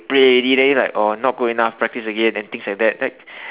play already then like oh not good enough practice again and things like that like